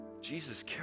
Jesus